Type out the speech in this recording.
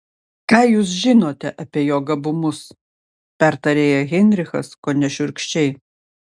ką jūs žinote apie jo gabumus pertarė ją heinrichas kone šiurkščiai